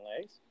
legs